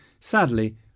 sadly